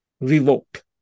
revoked